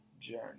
journey